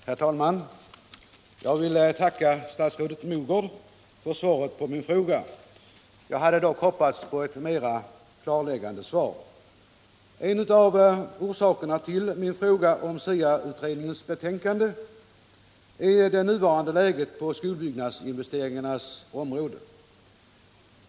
Herr talman! Jag vill tacka statsrådet Mogård för svaret på min fråga. Jag hade dock hoppats på ett mera klarläggande svar. En av orsakerna till min fråga om STA utredningens betänkande har varit det nuvarande läget på skolbyggnadsinvesteringarnas område.